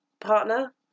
partner